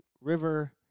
River